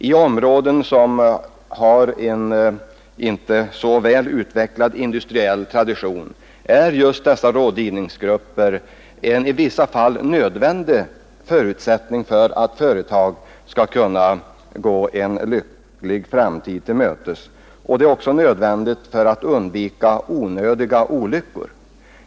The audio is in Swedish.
I områden som har en inte så väl utvecklad industriell tradition är just dessa rådgivningsgrupper en i vissa fall nödvändig förutsättning för att företag skall kunna gå en lycklig framtid till mötes och även för att man skall kunna undvika onödiga olyckor.